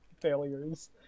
failures